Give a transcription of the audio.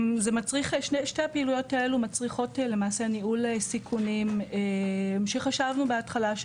שתי הפעילויות האלו מצריכות למעשה ניהול סיכונים שחשבנו בהתחלה.